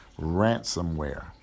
ransomware